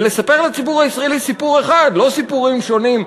ולספר לציבור הישראלי סיפור אחד ולא סיפורים שונים,